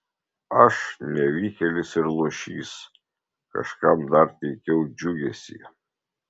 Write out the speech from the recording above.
aš nevykėlis ir luošys kažkam dar teikiau džiugesį